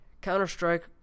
Counter-Strike